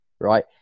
right